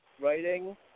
writing